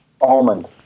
Almond